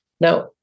Now